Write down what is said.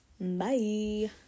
Bye